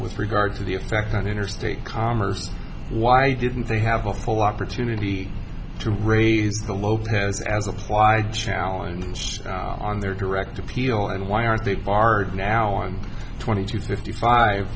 with regard to the effect on interstate commerce why didn't they have a full opportunity to raise the lopez as applied challenge on their direct appeal and why aren't they part now on twenty two fifty five